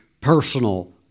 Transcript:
personal